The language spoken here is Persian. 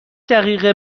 دقیقه